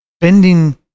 Bending